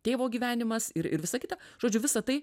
tėvo gyvenimas ir ir visa kita žodžiu visa tai